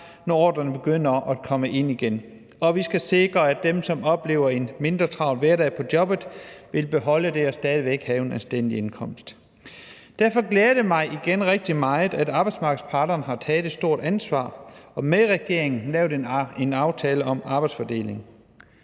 når ordrerne begynder at komme ind igen. Og vi skal sikre, at dem, som oplever en mindre travl hverdag på jobbet, vil beholde det og stadig væk have en anstændig indkomst. Derfor glæder det mig rigtig meget, at arbejdsmarkedsparterne igen har taget et stort ansvar og med regeringen lavet en aftale om arbejdsfordeling